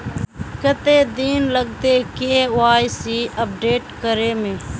कते दिन लगते के.वाई.सी अपडेट करे में?